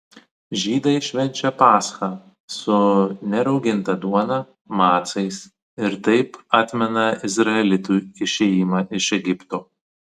žydai švenčia paschą su nerauginta duona macais ir taip atmena izraelitų išėjimą iš egipto